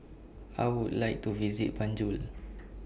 I Would like to visit Banjul